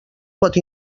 pot